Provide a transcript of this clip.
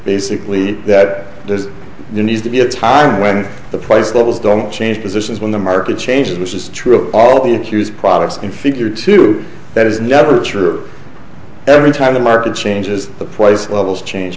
basically that this needs to be a time when the price levels don't change positions when the market changes which is true of all of the accused products in figure two that is never true every time the market changes the price levels change